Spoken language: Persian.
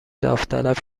داوطلب